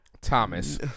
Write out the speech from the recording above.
Thomas